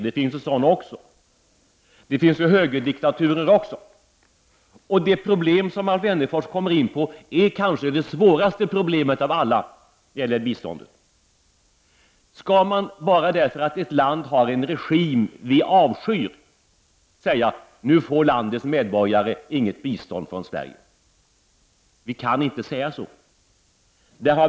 Det finns även högerdiktaturer. Det problem som Alf Wennerfors kom in på är kanske det svåraste av alla när det gäller biståndet. Skall man bara därför att ett land har en regim som vi avskyr säga: ”Nu får landets medborgare inget bistånd från Sverige”? Vi kan inte säga så.